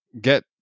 get